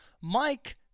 mike